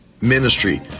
ministry